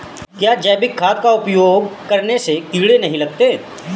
क्या जैविक खाद का उपयोग करने से कीड़े नहीं लगते हैं?